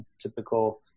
Typical